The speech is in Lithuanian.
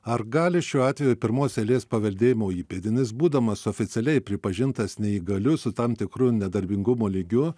ar gali šiuo atveju pirmos eilės paveldėjimo įpėdinis būdamas oficialiai pripažintas neįgaliu su tam tikru nedarbingumo lygiu